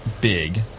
big